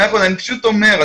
אני פשוט אומר.